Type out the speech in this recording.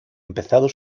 empezado